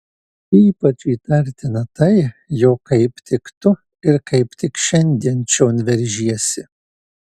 ypač įtartina tai jog kaip tik tu ir kaip tik šiandien čion veržiesi